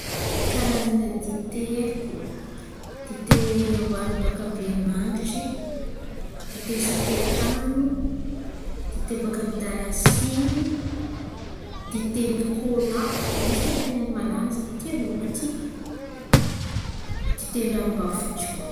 Karazan̈a dite haiko: dite amboariny bôkà amin'ny veromangitry, dite sakaitany, dite bôkà amin'ny darasiny, diten'ny kolà an̈isany ten̈a ny malaza, tian'olo aty, diten'ny ravimbavotsy koà.